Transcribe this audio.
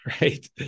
right